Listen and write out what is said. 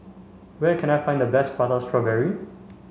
where can I find the best prata strawberry